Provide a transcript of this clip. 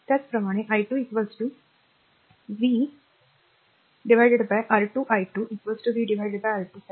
त्याचप्रमाणे i2 r v r v R2 i2 v R2 साठी